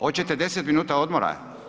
Hoćete 10 minuta odmora?